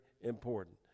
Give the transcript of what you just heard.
important